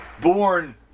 born